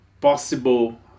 possible